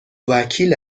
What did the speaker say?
وکیل